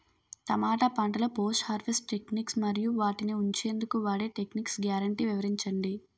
టమాటా పంటలో post harvest techniques మరియు వాటిని ఉంచెందుకు వాడే టెక్నిక్స్ గ్యారంటీ వివరించండి?